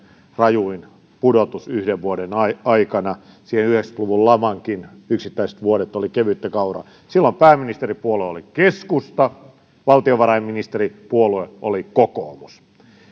rajuin pudotus yhden vuoden aikana siihen verrattuna yhdeksänkymmentä luvun lamankin yksittäiset vuodet olivat kevyttä kauraa silloin pääministeripuolue oli keskusta valtiovarainministeripuolue oli kokoomus